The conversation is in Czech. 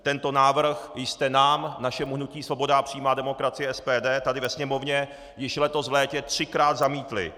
Tento návrh jste nám, našemu hnutí Svoboda a přímá demokracie SPD, tady ve Sněmovně již letos v létě třikrát zamítli.